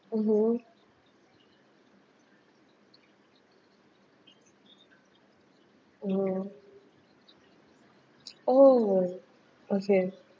mmhmm mm oh okay